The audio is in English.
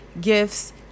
gifts